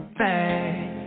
back